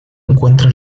encuentra